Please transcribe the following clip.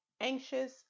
anxious